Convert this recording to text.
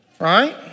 Right